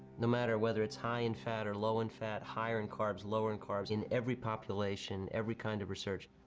no matter whether it's high in fat or low in fat, higher in carbs, lower in carbs, in every population, every kind of research,